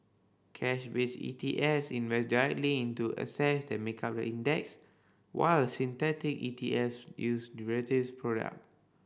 cash based E T S invest directly into assets that make up the index while synthetic E T S use derivative product